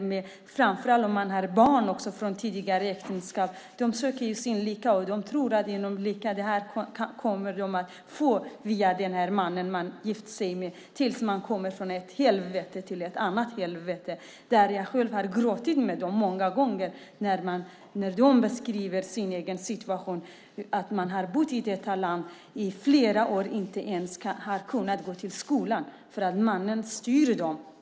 Det gäller framför allt om de har barn från tidigare äktenskap. De söker sin lycka, och de tror att de kommer att bli lyckliga via den man de gift sig med. De kommer från ett helvete till ett annat helvete. Jag har själv gråtit med dem många gånger när de beskrivit sin situation. De har bott i detta land i flera år och har inte ens kunnat gå till skolan därför att mannen styr dem.